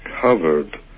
covered